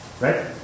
Right